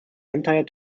entire